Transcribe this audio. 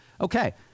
Okay